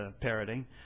parroting